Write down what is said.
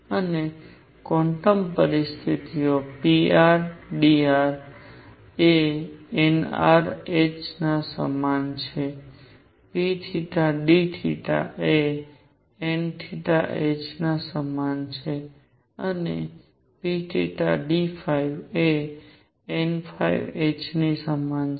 અને ક્વોન્ટમ પરિસ્થિતિઓ pr dr એ nr h ના સમાન છે pdθ એ nh ના સમાન છે અને pdϕ એ nh ની સમાન છે